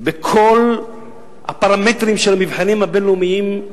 בכל הפרמטרים של המבחנים הבין-לאומיים.